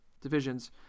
divisions